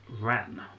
ran